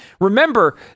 remember